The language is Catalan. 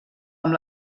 amb